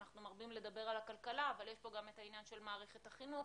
אנחנו מרבים לדבר על הכלכלה אבל יש פה גם את העניין של מערכת החינוך,